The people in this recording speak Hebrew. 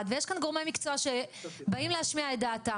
ויש כאן גורמי מקצוע שבאים להשמיע את דעתם.